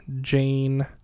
Jane